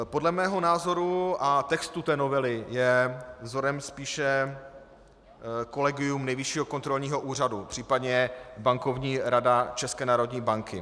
Podle mého názoru a textu novely je vzorem spíše kolegium Nejvyššího kontrolního úřadu, případně Bankovní rada České národní banky.